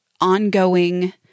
ongoing